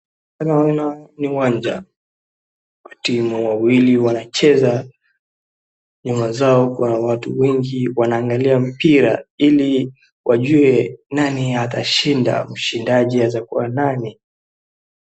Naona ni uwanja, na timu wawili wanacheza, ni wazao wa watu wengi wanaangalia mpira ili wajue nani atashinda, mshindaji atakuwa nani.